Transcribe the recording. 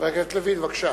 חבר הכנסת לוין, בבקשה.